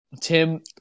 Tim